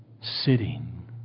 sitting